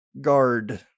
guard